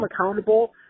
accountable